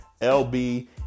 LB